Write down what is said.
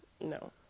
No